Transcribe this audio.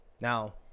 Now